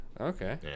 Okay